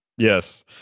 Yes